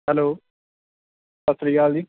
hello ਸਤਿ ਸ਼੍ਰੀ ਅਕਾਲ ਜੀ